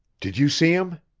did you see him?